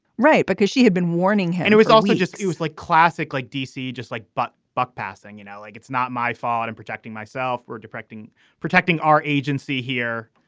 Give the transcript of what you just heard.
right. because she had been warning her. and it was also just it was like classic, like d c, just like but buck passing, you know, like it's not my fault and protecting myself or directing protecting our agency here.